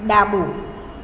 ડાબું